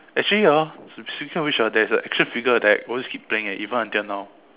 actually hor to to tell you there's a action figure that I always keep playing right even until now